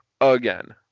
again